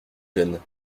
jeune